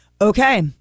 okay